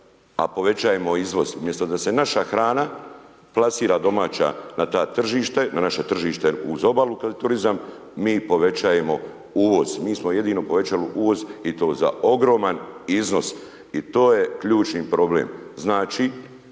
a povećavamo izvoz umjesto da se naša hrana, planira domaća na ta tržište, na naše tržište uz obalu turizam, mi povećavamo uvoz. Mi smo jedino povećali uvoz i to za ogroman iznos. I to je ključni problem.